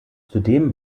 zudem